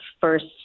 first